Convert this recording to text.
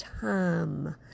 time